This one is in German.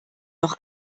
noch